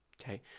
Okay